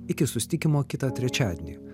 iki susitikimo kitą trečiadienį